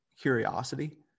curiosity